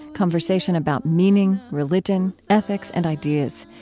conversation about meaning, religion, ethics, and ideas.